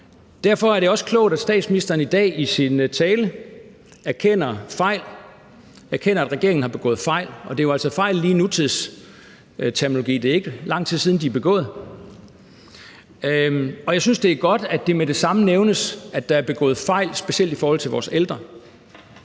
Derfor er det også klogt, at statsministeren i dag i sin tale erkender fejl, erkender, at regeringen har begået fejl, og det er jo altså fejl i nutidsterminologi, for det er ikke lang tid siden, de er begået. Jeg synes, det er godt, at det med det samme nævnes, at der er begået fejl, specielt i forhold til vores ældre.